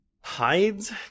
hides